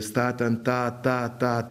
statant tą tą tą